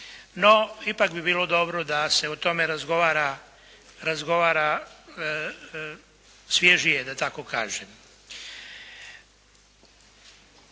No, ipak bi bilo dobro da se o tome razgovara svježije da tako kaže,